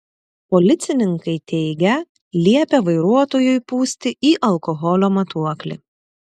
policininkai teigia liepę vairuotojui pūsti į alkoholio matuoklį